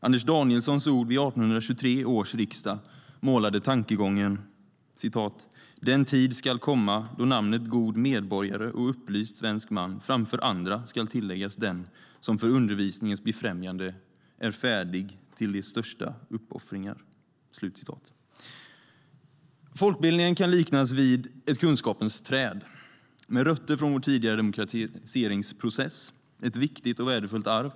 Anders Danielssons ord vid 1823 års riksdag målade tankegången: 'Den tid skall komma, då namnet god medborgare och upplyst svensk man framför andra skall tilläggas den, som för undervisningens befrämjande är färdig till de största uppoffringar.'" Folkbildningen kan liknas vid ett kunskapens träd med rötter från vår tidiga demokratiseringsprocess, ett viktigt och värdefullt arv.